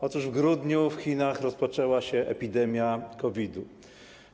Otóż w grudniu w Chinach rozpoczęła się epidemia COVID-u.